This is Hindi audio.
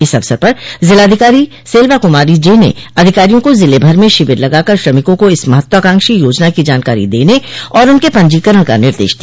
इस अवसर पर ज़िलाधिकारी सेल्वा कुमारी जे ने अधिकारियों को ज़िले भर में शिविर लगाकर श्रमिकों को इस महत्वाकांक्षी योजना की जानकारी देने और उनक पंजीकरण का निर्देश दिया